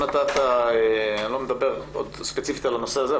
אני לא מדבר ספציפית על הנושא הזה,